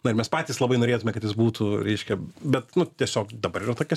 na ir mes patys labai norėtume kad jis būtų reiškia bet nu tiesiog dabar yra tokia